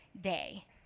day